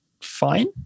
fine